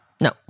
No